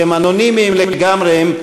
שהם אנונימיים לגמרי,